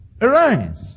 arise